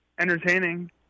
Entertaining